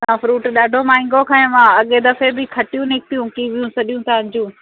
तहां फ्रूट ॾाढो महांगो कयो आहे अॻे दफ़े बि खटियूं निकितियूं कीवियूं सॼियूं तव्हां जूं